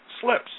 slips